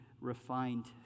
refined